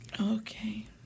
Okay